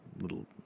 little